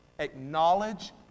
Acknowledge